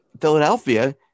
Philadelphia